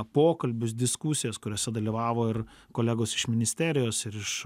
pokalbius diskusijas kuriose dalyvavo ir kolegos iš ministerijos ir iš